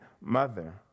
mother